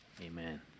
Amen